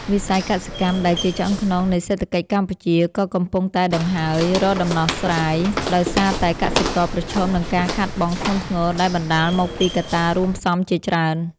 វិស័យកសិកម្មដែលជាឆ្អឹងខ្នងនៃសេដ្ឋកិច្ចកម្ពុជា ក៏កំពុងតែដង្ហើយរកដំណោះស្រាយ ដោយសារតែកសិករប្រឈមនឹងការខាតបង់ធ្ងន់ធ្ងរដែលបណ្ដាលមកពីកត្តារួមផ្សំជាច្រើន។